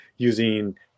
using